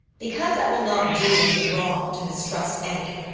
because i will not do them the wrong to mistrust any,